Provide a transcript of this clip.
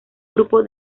grupo